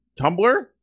Tumblr